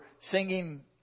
singing